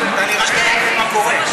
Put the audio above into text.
נראה כמי שלא יודע מה קורה.